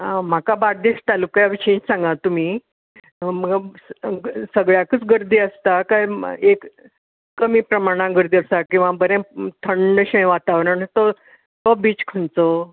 आं म्हाका बार्देस तालुक्या विशींत सांगांत तुमी सगळ्याकूत गर्दी आसता काय कमी प्रमाणांत गर्दी आसता बरे थंडशे वातवरण तो बीच खंयचो